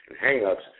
hang-ups